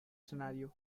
scenario